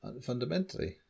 fundamentally